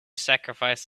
sacrifice